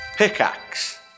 Pickaxe